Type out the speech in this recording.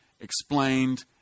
explained